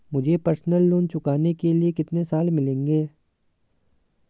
मुझे personal loan चुकाने के लिए कितने साल मिलेंगे?